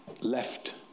left